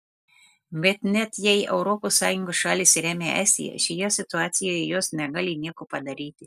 bet net jei europos sąjungos šalys remia estiją šioje situacijoje jos negali nieko padaryti